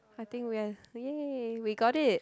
I think we have !yay! we got it